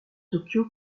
tokyo